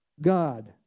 God